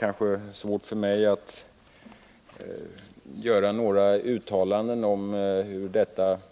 Det är svårt för mig att här göra några uttalanden om hur dessa diskussioner